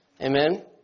Amen